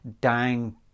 dying